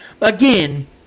again